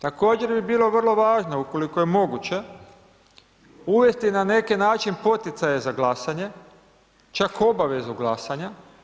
Također bi bilo vrlo važno ukoliko je moguće uvesti na neki način poticaje za glasanje, čak obavezu glasanja.